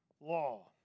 law